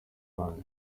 ahandi